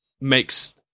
makes